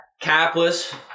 capless